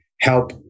help